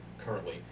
currently